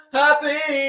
happy